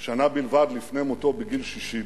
שנה בלבד לפני מותו, בגיל 60,